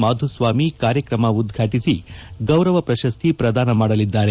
ಮಾಧುಸ್ವಾಮಿ ಕಾರ್ಯತ್ರಮ ಉದ್ಘಾಟಿಸಿ ಗೌರವ ಪ್ರಶಸ್ತಿ ಪ್ರದಾನ ಮಾಡಲಿದ್ದಾರೆ